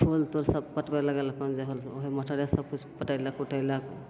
फूल तूल सब पटबै लगल अपन जे होल से वएह मोटरेसे सबकिछु पटेलक उटेलक